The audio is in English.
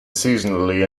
seasonally